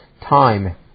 time